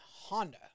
Honda